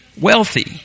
wealthy